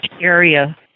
area